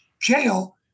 jail